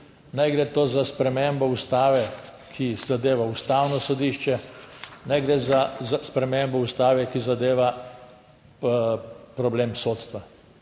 naj gre to za spremembo Ustave, ki zadeva Ustavno sodišče, naj gre za spremembo Ustave, ki zadeva problem sodstva.